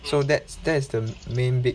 so that's that's the main big